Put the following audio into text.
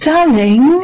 Darling